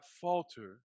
falter